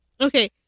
Okay